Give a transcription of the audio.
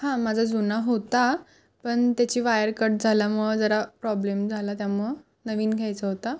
हां माझा जुना होता पण त्याची वायर कट झाल्यामुळं जरा प्रॉब्लेम झाला त्यामुळं नवीन घ्यायचा होता